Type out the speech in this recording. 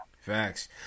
Facts